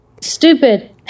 Stupid